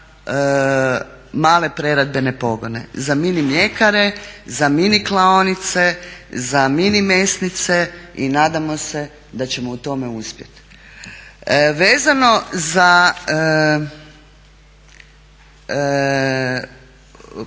za male preradbene pogone, za mini mljekare, za mini klaonice, za mini mesnice i nadamo se da ćemo u tome uspjeti. Vezano za